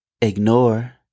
ignore